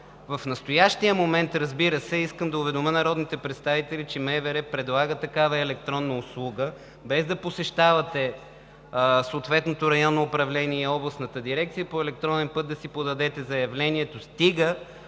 В настоящия момент, разбира се, искам да уведомя народните представители, че МВР предлага такава електронна услуга – без да посещавате съответното районно управление или областната дирекция, по електронен път да си подадете заявлението, стига